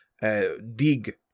dig